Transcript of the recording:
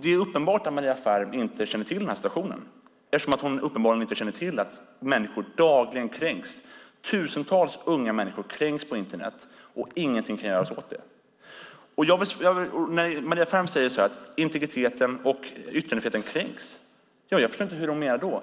Det är uppenbart att Maria Ferm inte känner till att människor dagligen kränks. Tusentals unga människor kränks på Internet, och ingenting kan göras åt det. När Maria Ferm säger att integriteten och yttrandefriheten kränks förstår jag inte hur hon menar.